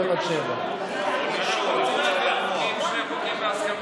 פה עד 07:00. אם שניהם קובעים בהסכמה,